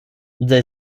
they